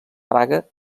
praga